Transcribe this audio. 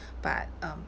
but um